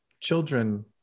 children